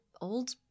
old